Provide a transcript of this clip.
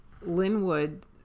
Linwood